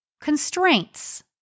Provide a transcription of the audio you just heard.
constraints